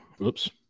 Oops